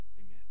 Amen